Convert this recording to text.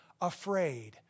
afraid